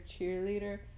cheerleader